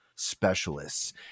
Specialists